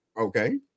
Okay